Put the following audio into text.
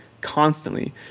constantly